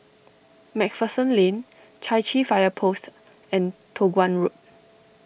MacPherson Lane Chai Chee Fire Post and Toh Guan Road